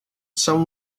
some